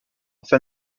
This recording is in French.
fin